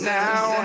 now